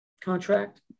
contract